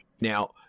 Now